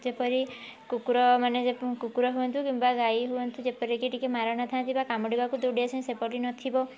ଯେପରି କୁକୁର ମାନେ କୁକୁର ହୁଅନ୍ତୁ କିମ୍ବା ଗାଈ ହୁଅନ୍ତୁ ଯେପରିକି ଟିକେ ମାରଣା ଥାଆନ୍ତି ବା କାମୁଡ଼ିବାକୁ ଦୌଡ଼ି ଆସନ୍ତି ସେପରି ନଥିବ